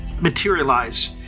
Materialize